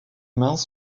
mains